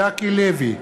ז'קי לוי,